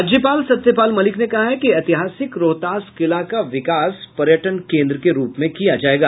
राज्यपाल सत्यपाल मलिक ने कहा है कि ऐतिहासिक रोहतास किला का विकास पर्यटन केन्द्र के रूप में किया जाएगा